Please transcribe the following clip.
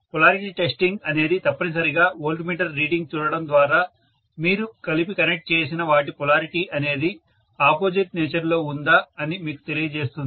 polarity testing అనేది తప్పనిసరిగా volt meter reading చూడడం ద్వారా మీరు కలిపి కనెక్ట్ చేసిన వాటి పొలారిటీ అనేది ఆపోజిట్ నేచర్లో ఉందా అని మీకు తెలియజేస్తుంది